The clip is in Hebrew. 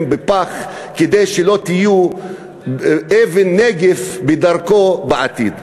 בפח כדי שלא תהיו אבן נגף בדרכו בעתיד.